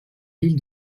l’île